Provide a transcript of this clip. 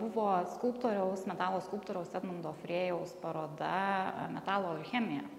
buvo skulptoriaus metalo skulptoriaus edmundo frėjaus paroda metalo alchemija